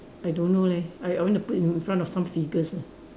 I don't know leh I I want to put in front of some figures